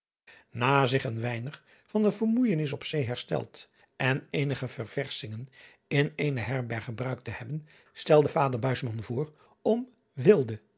a zich een weinig van de vermoeijenis op zee hersteld en eenige ververschingen in eene herberg gebruikt te hebben driaan oosjes zn et leven van illegonda uisman stelde vader voor om